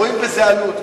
רואים בזה עלות,